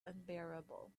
unbearable